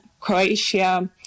Croatia